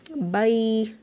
Bye